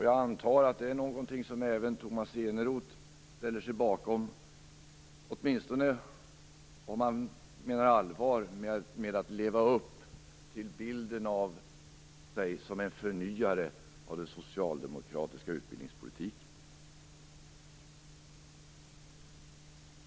Jag antar att det är något som även Tomas Eneroth ställer sig bakom, åtminstone om han menar allvar med att leva upp till bilden av sig som en förnyare av den socialdemokratiska utbildningspolitiken.